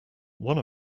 one